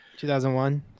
2001